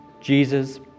Jesus